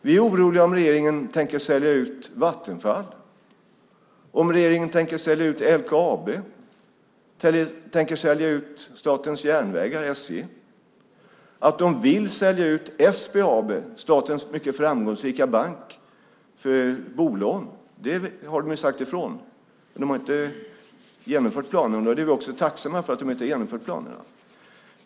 Vi är oroliga om regeringen tänker sälja ut Vattenfall, om regeringen tänker sälja ut LKAB och om regeringen tänker sälja ut Statens järnvägar, SJ. Att de vill sälja ut SBAB, statens mycket framgångsrika bank för bolån, har de ju sagt ifrån, men de har inte genomfört planerna. Vi är också tacksamma för att de inte har genomfört planerna.